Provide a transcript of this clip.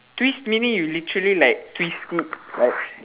twist meaning you literally like twist it like